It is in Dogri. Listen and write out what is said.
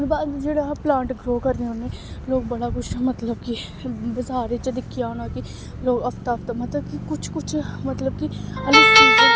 जेह्ड़ा हर प्लांट ग्रो करने होन्ने लोक बड़ा मतलब कि बजार च दिक्खेआ होना कि हफ्ता हफ्ता मतलब कुछ कुछ मतलब कि